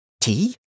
tea